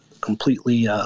completely –